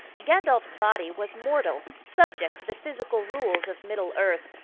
gandalf's body was mortal, subject to the physical rules of middle earth,